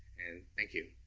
and thank you.